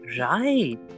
right